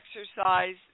exercise